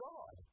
God